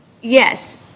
Yes